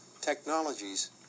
technologies